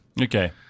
Okay